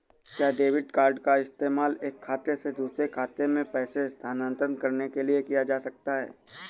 क्या debit card का इस्तेमाल एक खाते से दूसरे खाते में पैसे स्थानांतरण करने के लिए किया जा सकता है?